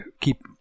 keep